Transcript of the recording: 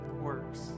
works